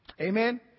Amen